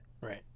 Right